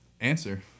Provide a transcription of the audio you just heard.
answer